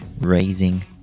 raising